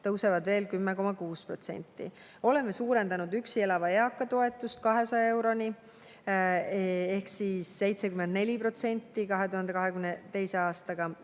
tõusevad veel 10,6%. Oleme suurendanud üksi elava eaka toetust 200 euroni ehk 74% võrreldes 2022. aastaga.